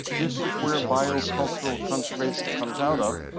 this is where biocultural conservation comes out of,